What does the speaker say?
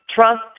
trust